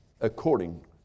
according